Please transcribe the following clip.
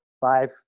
five